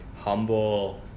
Humble